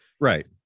right